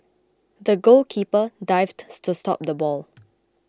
the goalkeeper dived to stop the ball